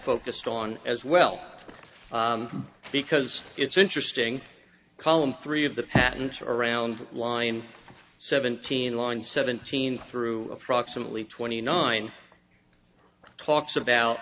focused on as well because it's interesting column three of the patents around line seventeen line seventeen through approximately twenty nine talks about